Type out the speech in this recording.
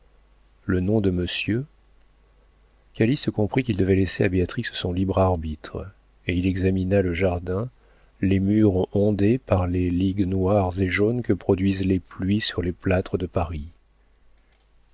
le nom de monsieur calyste comprit qu'il devait laisser à béatrix son libre arbitre et il examina le jardin les murs ondés par les lignes noires et jaunes que produisent les pluies sur les plâtres de paris